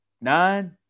nine